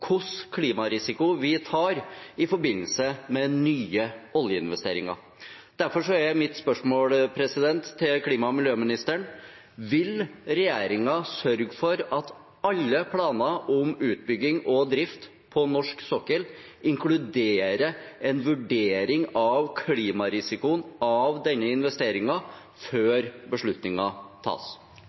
klimarisiko vi tar i forbindelse med nye oljeinvesteringer. Derfor er mitt spørsmål til klima- og miljøministeren: Vil regjeringen sørge for at alle planer om utbygging og drift på norsk sokkel inkluderer en vurdering av klimarisikoen ved investeringen, før beslutningen tas?